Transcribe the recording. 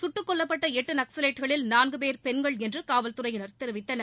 சுட்டுக் கொல்லப்பட்ட எட்டு நக்ஸவைட்டுகளில் நான்கு பேர் பெண்கள் என்று காவல்துறையினா் தெரிவித்தனர்